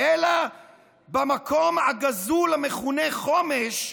אלא במקום הגזול המכונה חומש,